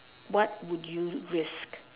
what would you risk